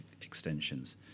extensions